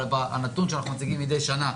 אבל הנתון אותו אנחנו מציגים מדי שנה,